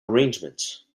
arrangements